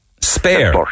Spare